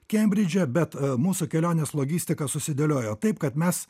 kembridže bet mūsų kelionės logistika susidėliojo taip kad mes